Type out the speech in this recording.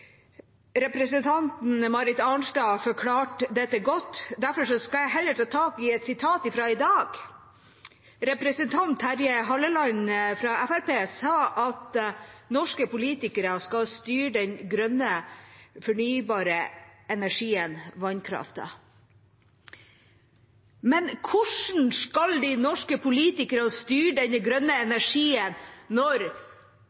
Representanten Marit Arnstad forklarte dette godt. Jeg skal heller ta tak i noe som er sagt i dag. Representanten Terje Halleland fra Fremskrittspartiet sa at norske politikere skal styre den grønne fornybare energien, vannkraften. Men hvordan skal de norske politikerne styre den grønne